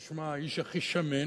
תשמע, האיש הכי שמן,